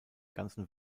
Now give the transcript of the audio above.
ganzen